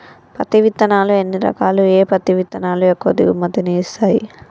పత్తి విత్తనాలు ఎన్ని రకాలు, ఏ పత్తి విత్తనాలు ఎక్కువ దిగుమతి ని ఇస్తాయి?